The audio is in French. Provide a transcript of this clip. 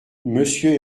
monsieur